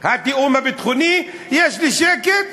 התיאום הביטחוני יש לי שקט,